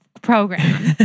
program